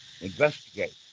investigate